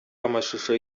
amashusho